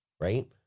right